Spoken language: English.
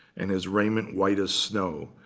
and his raiment white as snow.